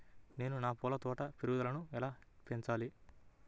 నేను నా పూల తోట పెరుగుదలను ఎలా పెంచాలి?